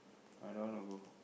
I don't want to go